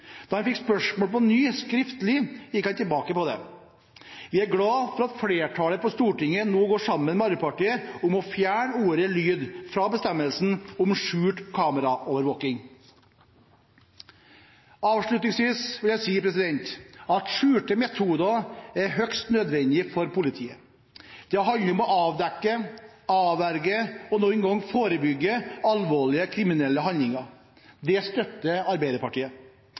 Da han fikk spørsmålet på nytt, skriftlig, gikk han tilbake på det. Vi er glade for at flertallet på Stortinget nå går sammen med Arbeiderpartiet om å fjerne ordet «lyd» fra bestemmelsen om skjult kameraovervåking. Avslutningsvis vil jeg si at skjulte metoder er høyst nødvendig for politiet. Det handler om å avdekke, avverge og noen ganger forebygge alvorlige kriminelle handlinger. Det støtter Arbeiderpartiet.